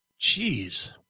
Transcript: jeez